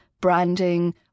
branding